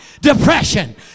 depression